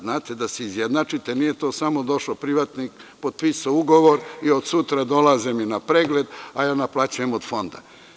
Znate, da se izjednačite nije to samo došao privatnik, potpisao ugovor i od sutra dolaze na pregled, naplaćujem od fonda.